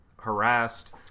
harassed